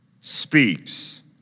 speaks